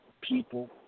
people